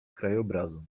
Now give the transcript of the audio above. krajobrazu